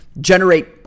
generate